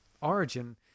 origin